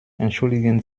entschuldigen